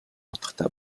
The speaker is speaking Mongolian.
утгатай